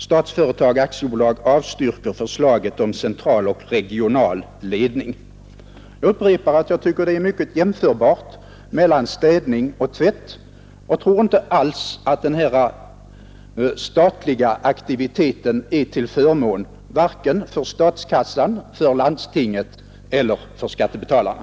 Statsföretag AB avstyrker förslaget om central och regional ledning.” Jag upprepar att jag tycker att det finns mycket jämförbart mellan städning och tvätt, och tror inte alls att den här statliga aktiviteten är till förmån vare sig för statskassan, för landstinget eller för skattebetalarna.